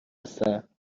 هستن